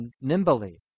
nimbly